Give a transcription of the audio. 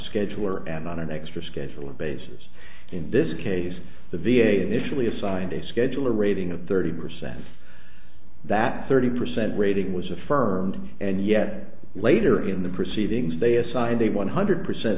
schedule or and on an extra schedule or bases in this case the v a initially assigned a scheduler rating of thirty percent that thirty percent rating was affirmed and yet later in the proceedings they assigned a one hundred percent